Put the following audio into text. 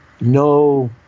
no